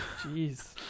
jeez